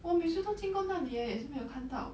我每次都经过那里 eh 也是没有看到